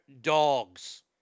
dogs